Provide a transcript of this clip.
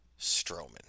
Strowman